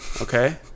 okay